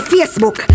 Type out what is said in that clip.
Facebook